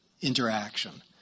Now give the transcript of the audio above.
interaction